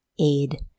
aid